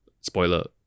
spoiler